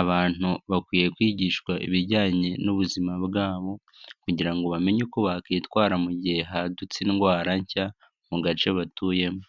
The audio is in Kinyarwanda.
abantu bakwiye kwigishwa ibijyanye n'ubuzima bwabo kugira ngo bamenye uko bakitwara mu gihe hadutse indwara nshya mu gace batuyemo.